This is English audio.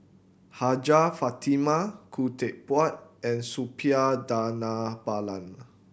Hajjah Fatimah Khoo Teck Puat and Suppiah Dhanabalan